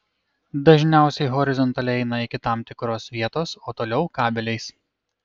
dažniausiai horizontaliai eina iki tam tikros vietos o toliau kabeliais